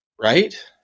Right